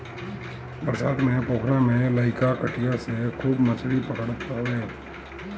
बरसात में पोखरा में लईका कटिया से खूब मछरी पकड़त हवे